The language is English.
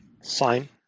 Sign